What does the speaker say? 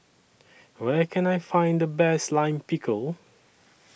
Where Can I Find The Best Lime Pickle